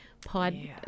pod